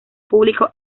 público